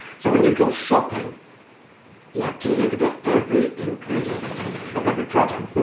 so when you go shopping you have to look at at every ingredient of every product?